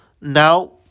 now